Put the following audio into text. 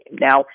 Now